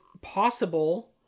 possible